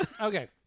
Okay